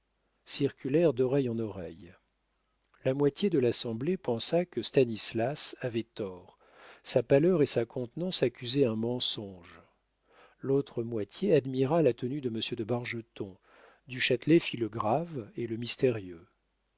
circulèrent d'oreille en oreille la moitié de l'assemblée pensa que stanislas avait tort sa pâleur et sa contenance accusaient un mensonge l'autre moitié admira la tenue de monsieur de bargeton du châtelet fit le grave et le mystérieux